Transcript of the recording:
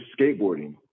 skateboarding